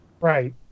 Right